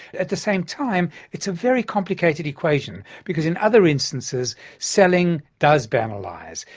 at the same time, it's a very complicated equation, because in other instances selling does banalise,